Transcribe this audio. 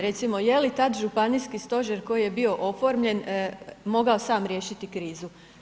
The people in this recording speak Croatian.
Recimo je li tad županijski stožer koji je bio oformljen mogao sam riješiti krizu?